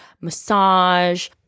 massage